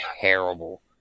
terrible